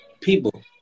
People